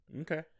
Okay